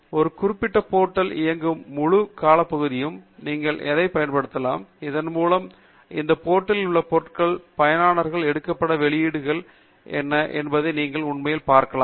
இந்த குறிப்பிட்ட போர்ட்டல் இயங்கும் முழு காலப்பகுதியிலும் நீங்கள் அதைப் பயன்படுத்தலாம் இதன்மூலம் இந்த போர்ட்டில் உள்ள பெரும்பாலான பயனர்களால் எடுக்கப்பட்ட வெளியீடுகள் என்ன என்பதை நீங்கள் உண்மையில் பார்க்கலாம்